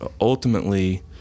ultimately